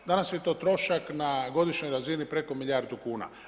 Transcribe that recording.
Danas je to trošak na godišnjoj razini preko milijardu kuna.